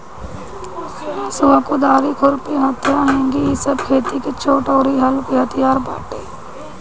हसुआ, कुदारी, खुरपी, हत्था, हेंगी इ सब खेती के छोट अउरी हलुक हथियार बाटे